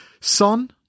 Son